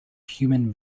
human